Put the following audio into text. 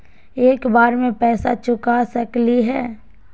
एक बार में पैसा चुका सकालिए है?